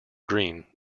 green